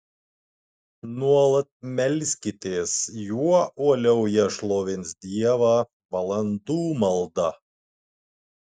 nuolat melskitės juo uoliau jie šlovins dievą valandų malda